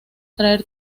crear